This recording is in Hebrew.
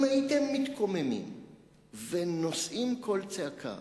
אם הייתם מתקוממים ונושאים קול צעקה